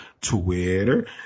Twitter